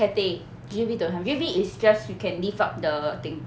cathay G_V don't have G_V is just you can lift up the thing